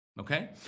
okay